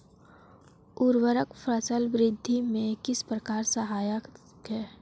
उर्वरक फसल वृद्धि में किस प्रकार सहायक होते हैं?